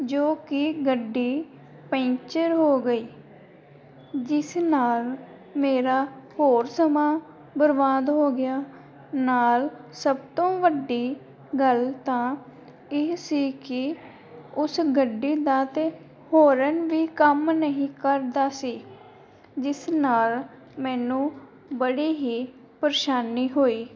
ਜੋ ਕਿ ਗੱਡੀ ਪੈਂਚਰ ਹੋ ਗਈ ਜਿਸ ਨਾਲ ਮੇਰਾ ਹੋਰ ਸਮਾਂ ਬਰਬਾਦ ਹੋ ਗਿਆ ਨਾਲ ਸਭ ਤੋਂ ਵੱਡੀ ਗੱਲ ਤਾਂ ਇਹ ਸੀ ਕਿ ਉਸ ਗੱਡੀ ਦਾ ਤਾਂ ਹੋਰਨ ਵੀ ਕੰਮ ਨਹੀਂ ਕਰਦਾ ਸੀ ਜਿਸ ਨਾਲ ਮੈਨੂੰ ਬੜੀ ਹੀ ਪਰੇਸ਼ਾਨੀ ਹੋਈ